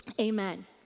Amen